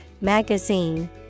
magazine